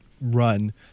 run